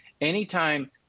anytime